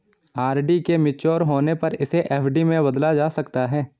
RD के mature होने पर इसे एफ.डी में बदला जा सकता है